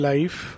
Life